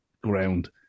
ground